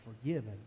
forgiven